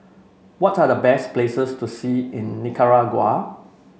what are the best places to see in Nicaragua